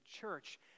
church